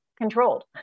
controlled